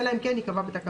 אלא אם כן ייקבע בתקנות.